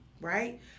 right